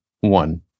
one